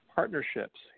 Partnerships